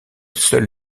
seul